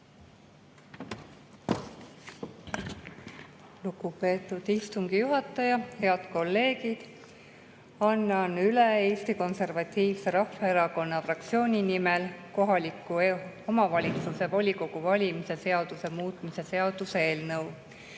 Lugupeetud istungi juhataja! Head kolleegid! Annan üle Eesti Konservatiivse Rahvaerakonna fraktsiooni nimel kohaliku omavalitsuse volikogu valimise seaduse muutmise seaduse eelnõu.